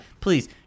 please